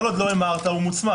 כל עוד לא המרת, הוא מוצמד.